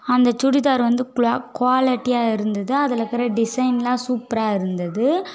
அந்த சுடிதாரு வந்து குலா குவாலிட்டியாக இருந்தது அதில் இருக்கிற டிசைனெலாம் சூப்பராக இருந்தது